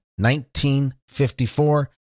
1954